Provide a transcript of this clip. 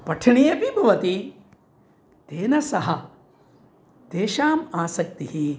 पठने अपि भवति तेन सह तेषाम् आसक्तिः